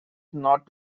not